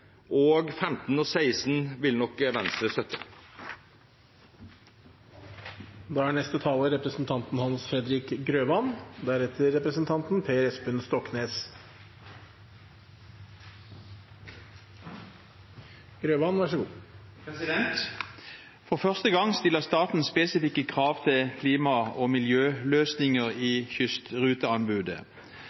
nr. 15 og 16 vil nok Venstre støtte. For første gang stiller staten spesifikke krav til klima- og miljøløsninger i kystruteanbudet.